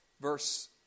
Verse